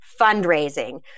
fundraising